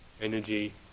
energy